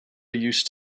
used